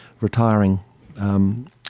retiring